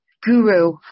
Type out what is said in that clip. guru